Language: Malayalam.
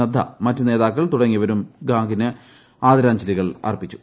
നദ്ദ ്മറ്റ് നേതാക്കൾ തുടങ്ങിയവരും ഗാംഗിന് ആദരാഞ്ജലികൾ അർപ്പിച്ചു